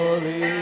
Holy